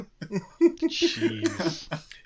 Jeez